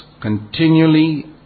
continually